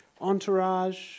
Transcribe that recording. entourage